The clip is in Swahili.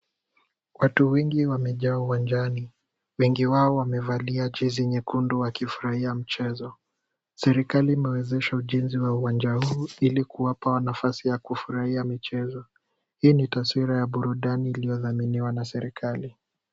Watu wengi wamejaa uwanjani. Wengi wao wamevalia jezi nyekundu wakifurahia mchezo. Serikali imewezesha ujenzi wa uwanja huu ili kuwapa nafasi ya kufurahia michezo. Hii ni taswira ya burudani iliyothaminiwa na serikali.